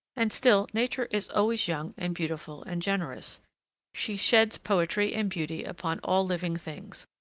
and still nature is always young and beautiful and generous she sheds poetry and beauty upon all living things,